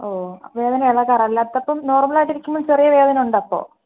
ഓ വേദന ഉള്ളത് പറ അല്ലാത്തപ്പം നോര്മൽ ആയിട്ട് ഇരിക്കുമ്പോൾ ചെറിയ വേദന ഉണ്ട് അപ്പോൾ